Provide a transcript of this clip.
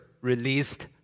released